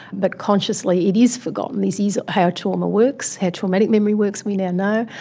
but consciously it is forgotten, this is how trauma works, how traumatic memory works, we now know,